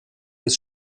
des